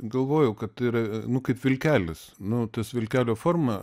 galvojau kad tai yra nu kaip vilkelis nu tas vilkelio forma